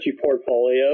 portfolio